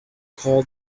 call